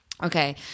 Okay